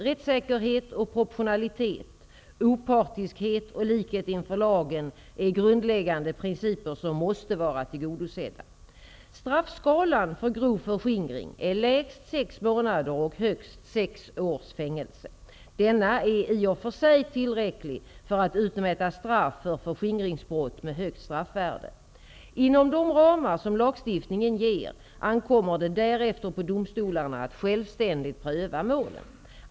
Rättssäkerhet och proportionalitet, opartiskhet och likhet inför lagen är grundläggande principer som måste vara tillgodosedda. Straffskalan för grov förskingring är lägst sex månaders och högst sex års fängelse. Denna är i och för sig tillräcklig för att utmäta straff för förskingringsbrott med högt straffvärde. Inom de ramar som lagstiftningen ger ankommer det därefter på domstolarna att självständigt pröva målen.